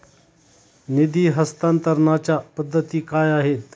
निधी हस्तांतरणाच्या पद्धती काय आहेत?